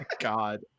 god